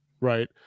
Right